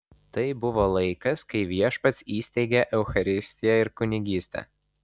tai buvo laikas kai viešpats įsteigė eucharistiją ir kunigystę